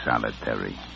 solitary